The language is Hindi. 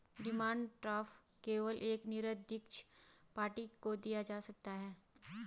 डिमांड ड्राफ्ट केवल एक निरदीक्षित पार्टी को दिया जा सकता है